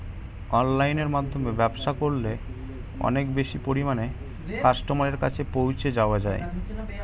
অনলাইনের মাধ্যমে ব্যবসা করলে অনেক বেশি পরিমাণে কাস্টমারের কাছে পৌঁছে যাওয়া যায়?